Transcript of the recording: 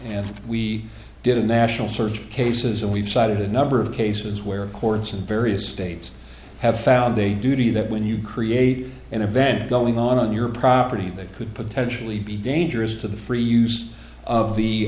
and we did a national search cases and we've cited a number of cases where courts in various states have found a duty that when you create an event going on on your property that could potentially be dangerous to the free use of the